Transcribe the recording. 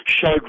showed